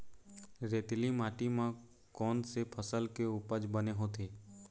रेतीली माटी म कोन से फसल के उपज बने होथे?